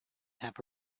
have